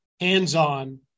hands-on